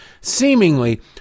seemingly